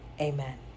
Amen